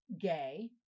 gay